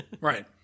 Right